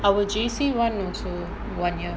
our J_C [one] also one year